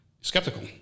skeptical